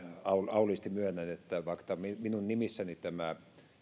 auliisti myönnän että vaikka tämä lisäbudjettiesitys on minun nimissäni tämä